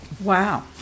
Wow